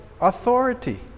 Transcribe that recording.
authority